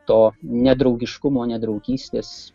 to nedraugiškumo ne draugystės